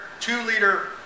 two-liter